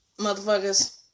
motherfuckers